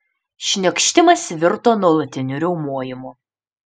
šniokštimas virto nuolatiniu riaumojimu